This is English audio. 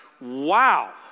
wow